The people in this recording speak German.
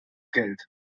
geld